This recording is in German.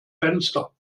fenster